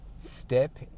step